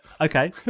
okay